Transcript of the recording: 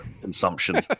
consumption